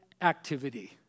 activity